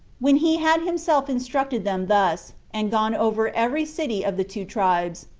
when he had himself instructed them thus, and gone over every city of the two tribes,